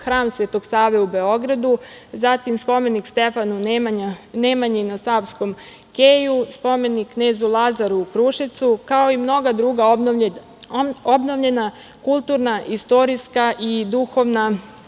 Hram Svetog Save u Beogradu, zatim, spomenik Stefanu Nemanji na Savskom keju, spomenik knezu Lazaru u Kruševcu, kao i mnoga druga obnovljena kulturna, istorijska i duhovna